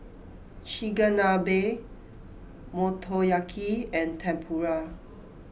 Chigenabe Motoyaki and Tempura